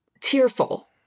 tearful